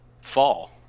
fall